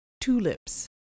tulips